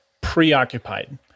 preoccupied